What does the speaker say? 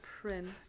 prince